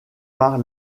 par